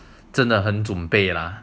真的很准备 lah